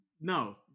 No